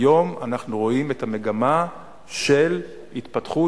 היום אנחנו רואים את המגמה של התפתחות